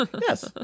Yes